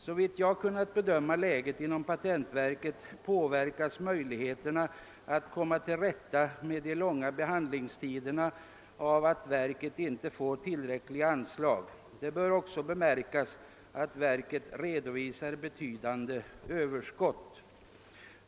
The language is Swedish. Såvitt jag kunnat bedöma läget inom patentverket påverkas möjligheterna att komma till rätta med de långa behandlingstiderna av att verket inte får tillräckliga anslag. Det bör samtidigt bemärkas att verket redovisar betydande överskott.